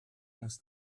uns